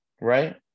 Right